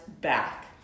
back